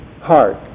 heart